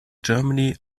germany